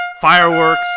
fireworks